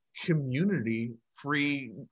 community-free